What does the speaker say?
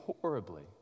horribly